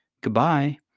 Goodbye